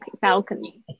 balcony